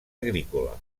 agrícola